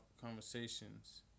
conversations